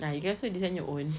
ah you can also design your own